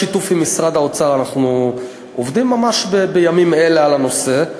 בשיתוף עם משרד האוצר אנחנו עובדים ממש בימים אלה על הנושא.